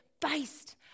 based